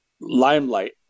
limelight